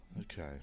Okay